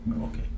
Okay